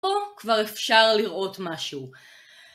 פה כבר אפשר לראות משהו.